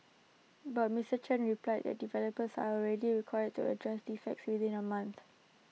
but Mister Chen replied that developers are already required to address defects within A month